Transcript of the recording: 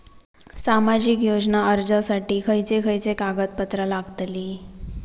सामाजिक योजना अर्जासाठी खयचे खयचे कागदपत्रा लागतली?